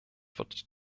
wird